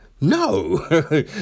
No